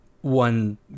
one